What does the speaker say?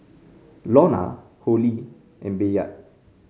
Lorna Holly and Bayard